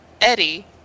Eddie